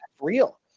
Real